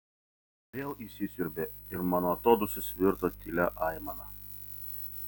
vėl įsisiurbė ir mano atodūsis virto tylia aimana